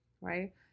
right